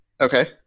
okay